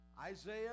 Isaiah